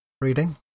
reading